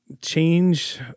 change